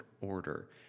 order